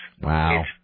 Wow